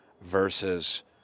versus